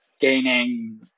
gaining